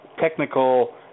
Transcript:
technical